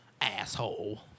Asshole